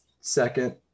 second